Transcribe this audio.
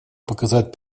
показать